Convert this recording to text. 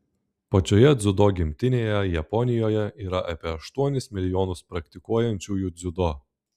pačioje dziudo gimtinėje japonijoje yra apie aštuonis milijonus praktikuojančiųjų dziudo